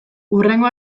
hurrengo